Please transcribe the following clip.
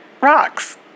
rocks